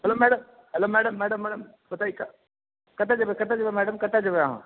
hello madam hello madam madam madam कतऽ जेबै कतऽ जेबै मैडम कतऽ जेबै अहाँ